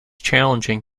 challenging